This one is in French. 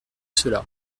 cela